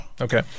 Okay